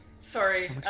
Sorry